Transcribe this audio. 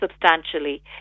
substantially